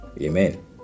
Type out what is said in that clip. Amen